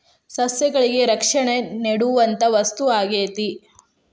ಸಸ್ಯಗಳಿಗೆ ರಕ್ಷಣೆ ನೇಡುವಂತಾ ವಸ್ತು ಆಗೇತಿ